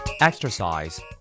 Exercise